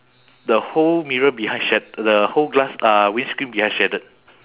the whole mirror behind shat~ the whole glass uh windscreen behind shattered